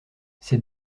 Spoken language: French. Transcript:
ses